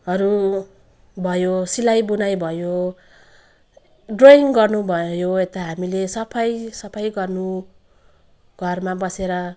हरू भयो सिलाई बुनाई भयो ड्रइङ गर्नु भयो यता हामीले सफाई सफाई गर्नु घरमा बसेर